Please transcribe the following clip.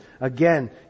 Again